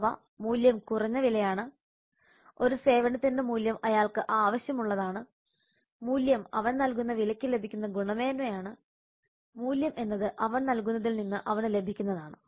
അവ മൂല്യം കുറഞ്ഞ വിലയാണ് ഒരു സേവനത്തിൽ മൂല്യം അയാൾക്ക് ആവശ്യമുള്ളതാണ് മൂല്യം അവൻ നൽകുന്ന വിലയ്ക്ക് ലഭിക്കുന്ന ഗുണമേന്മയാണ് മൂല്യം എന്നത് അവൻ നൽകുന്നതിൽ നിന്ന് അവന് ലഭിക്കുന്നതാണ്